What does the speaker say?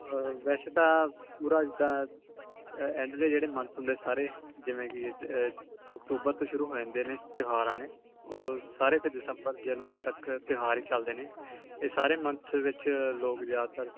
ਵੈਸੇ ਤਾਂ ਪੂਰਾ ਜਿੱਦਾਂ ਐਂਡਲੇ ਜਿਹੜੇ ਮੰਥ ਹੁੰਦੇ ਸਾਰੇ ਜਿਵੇਂ ਕਿ ਅਕਤੂਬਰ ਤੋਂ ਸ਼ੁਰੂ ਹੋ ਜਾਂਦੇ ਨੇ ਤਿਉਹਾਰ ਆਉਣੇ ਉਹ ਸਾਰੇ ਫਿਰ ਦਸੰਬਰ ਜਨਵਰੀ ਤੱਕ ਤਿਉਹਾਰ ਹੀ ਚੱਲਦੇ ਨੇ ਇਹ ਸਾਰੇ ਮੰਥ ਵਿੱਚ ਲੋਕ ਜ਼ਿਆਦਾਤਰ